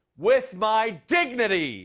with my dignity!